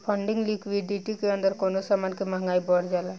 funding liquidity के अंदर कवनो समान के महंगाई बढ़ जाला